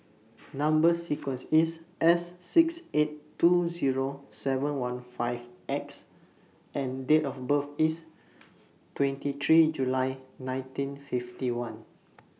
Number sequence IS S six eight two Zero seven one five X and Date of birth IS twenty three July nineteen fifty one